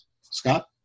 Scott